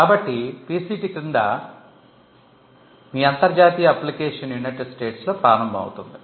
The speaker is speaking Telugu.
కాబట్టి PCT క్రింద మీ అంతర్జాతీయ అప్లికేషన్ యునైటెడ్ స్టేట్స్లో ప్రారంభమవుతుంది